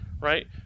right